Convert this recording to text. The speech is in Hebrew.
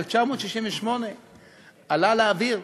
ב-1968 עלה לאוויר